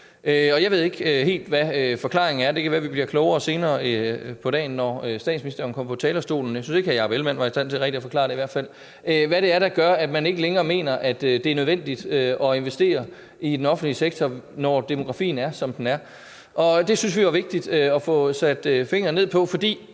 Jeg ved ikke helt, hvad forklaringen er. Det kan være, at vi bliver klogere senere på dagen, når statsministeren kommer på talerstolen. Jeg synes i hvert fald ikke, at hr. Jakob Ellemann-Jensen var i stand til rigtig at forklare det – altså hvad det er, der gør, man ikke længere mener, det er nødvendigt at investere i det offentlige sektor, når demografien er, som den er. Det synes vi er vigtigt at få sat fingeren ned på, for